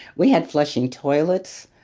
we had flushing toilets.